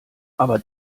aber